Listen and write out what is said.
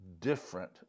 different